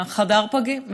חדר הפגים,